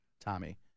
tommy